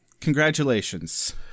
Congratulations